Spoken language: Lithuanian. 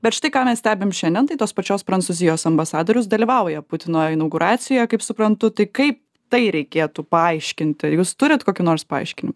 bet štai ką mes stebim šiandien tai tos pačios prancūzijos ambasadorius dalyvauja putino inauguracijoje kaip suprantu tai kaip tai reikėtų paaiškinti jūs turit kokių nors paaiškinimų